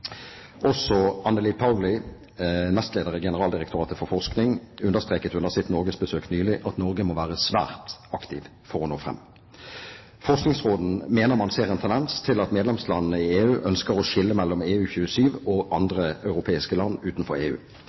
Også Anneli Pauli, nestleder i generaldirektoratet for forskning, understreket under sitt norgesbesøk nylig at Norge må være svært aktiv for å nå fram. Forskningsråden mener man ser en tendens til at medlemslandene i EU ønsker å skille mellom EU 27 og andre europeiske land utenfor EU.